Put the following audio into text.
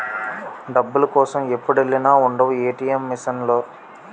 డబ్బుల కోసం ఎప్పుడెల్లినా ఉండవు ఏ.టి.ఎం మిసన్ లో